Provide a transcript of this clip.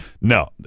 No